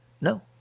No